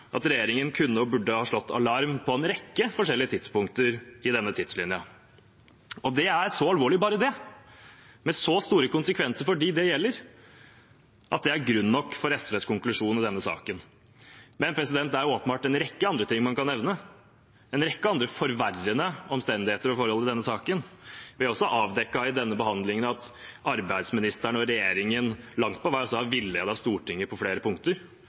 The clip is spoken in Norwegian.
at regjeringen kunne og burde slått alarm på en rekke forskjellige tidspunkter i denne tidslinjen. Bare det er så alvorlig og med så store konsekvenser for dem det gjelder, at det er grunn nok for SVs konklusjon i denne saken. Men det er åpenbart en rekke andre ting man kan nevne, en rekke andre forverrende omstendigheter og forhold i denne saken. Vi har også i denne behandlingen avdekket at arbeidsministeren og regjeringen langt på vei har villedet Stortinget på flere punkter